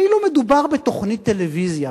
כאילו מדובר בתוכנית טלוויזיה,